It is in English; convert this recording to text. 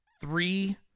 three